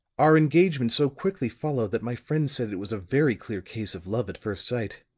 our engagement so quickly followed that my friends said it was a very clear case of love at first sight.